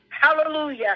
hallelujah